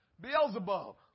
Beelzebub